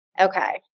Okay